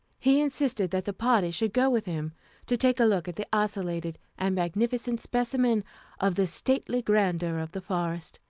he insisted that the party should go with him to take a look at the isolated and magnificent specimen of the stately grandeur of the forest.